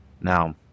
now